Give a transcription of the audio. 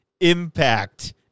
Impact